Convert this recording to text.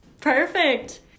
perfect